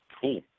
Cool